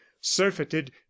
surfeited